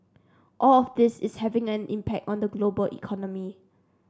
all of this is having an impact on the global economy